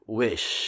wish